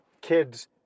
kids